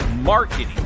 marketing